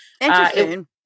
Interesting